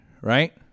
right